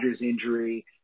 injury